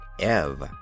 Ev